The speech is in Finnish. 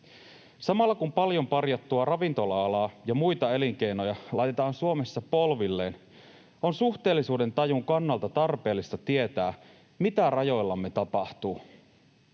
Samalla kun paljon parjattua ravintola-alaa ja muita elinkeinoja laitetaan Suomessa polvilleen, on suhteellisuudentajun kannalta tarpeellista tietää, mitä rajoillamme tapahtuu.